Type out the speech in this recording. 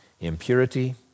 impurity